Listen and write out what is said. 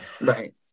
Right